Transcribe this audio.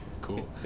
Cool